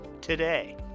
today